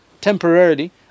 Temporarily